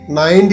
90